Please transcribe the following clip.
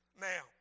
Now